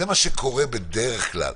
זה מה שקורה בדרך כלל.